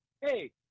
Hey